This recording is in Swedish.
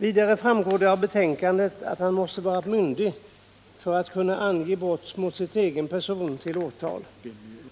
Vidare framgår det av betänkandet att man måste vara myndig för att kunna ange brott mot sin egen person till åtal.